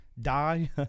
die